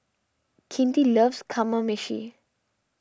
Kinte loves Kamameshi